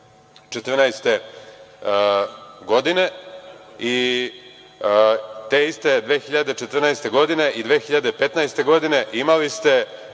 2014. godine. Te iste 2014. i 2015. godine imali ste